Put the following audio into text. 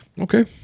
Okay